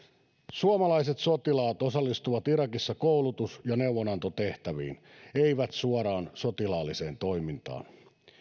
suomalaiset sotilaat osallistuvat irakissa koulutus ja neuvonantotehtäviin eivät suoraan sotilaalliseen toimintaan